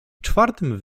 czwartym